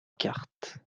cartes